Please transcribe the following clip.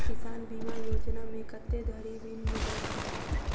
किसान बीमा योजना मे कत्ते धरि ऋण मिलय छै?